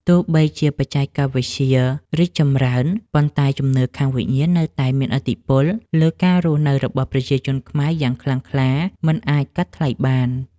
ទោះបីជាបច្ចេកវិទ្យារីកចម្រើន ប៉ុន្តែជំនឿខាងវិញ្ញាណនៅតែមានឥទ្ធិពលលើការរស់នៅរបស់ប្រជាជនខ្មែរយ៉ាងខ្លាំងក្លាមិនអាចកាត់ថ្លៃបាន។